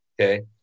Okay